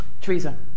Theresa